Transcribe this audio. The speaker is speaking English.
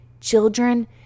children